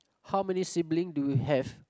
how many sibling do you have